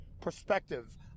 perspective